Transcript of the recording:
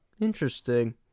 Interesting